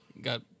Got